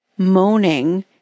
moaning